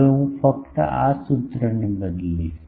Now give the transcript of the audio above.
હવે હું ફક્ત આ સૂત્રને બદલીશ